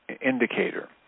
indicator